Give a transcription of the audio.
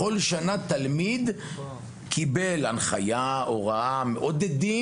המשרד מעודד את